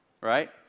Right